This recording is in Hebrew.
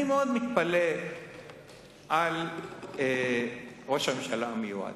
אני מאוד מתפלא על ראש הממשלה המיועד.